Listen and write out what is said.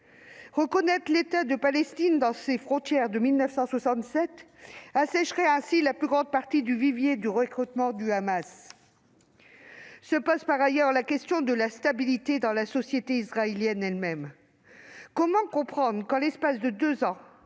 Reconnaître l'État de Palestine dans ses frontières de 1967 assécherait ainsi la plus grande partie du vivier de recrutement du Hamas. Se pose par ailleurs la question de la stabilité dans la société israélienne elle-même. Comment comprendre que, en l'espace de deux ans,